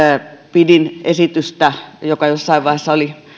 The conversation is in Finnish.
pidin esitystä joka jossain vaiheessa